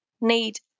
need